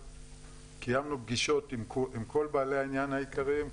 קיימנו פגישות עם כל בעלי העניין העיקריים,